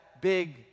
big